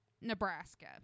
Nebraska